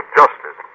justice